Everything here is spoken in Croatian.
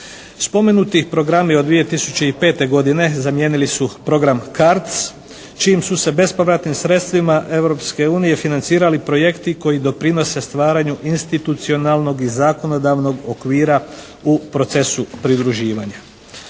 Spomenuti programi od 2005. godine zamijenili su program CARDS čijim su se bespovratnim sredstvima Europske unije financirali projekti koji doprinose stvaranju institucionalnog i zakonodavnog okvira u procesu pridruživanja.